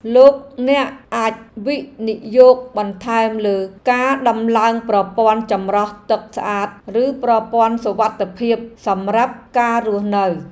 លោកអ្នកអាចវិនិយោគបន្ថែមលើការដំឡើងប្រព័ន្ធចម្រោះទឹកស្អាតឬប្រព័ន្ធសុវត្ថិភាពសម្រាប់ការរស់នៅ។